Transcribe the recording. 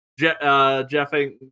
Jeffing